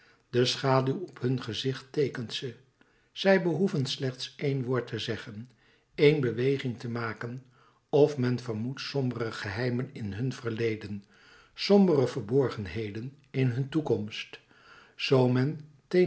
de schaduw op hun gezicht teekent ze zij behoeven slechts een woord te zeggen een beweging te maken of men vermoedt sombere geheimen in hun verleden sombere verborgenheden in hun toekomst zoo men